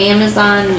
Amazon